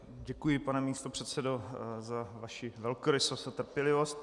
Děkuji, pane místopředsedo, za vaši velkorysost a trpělivost.